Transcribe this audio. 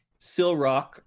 silrock